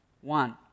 One